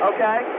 Okay